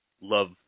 love